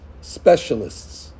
specialists